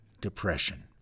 depression